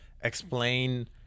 explain